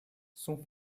son